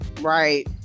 right